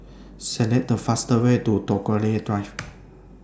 Select The fastest Way to Tagore Drive